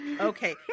Okay